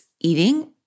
eating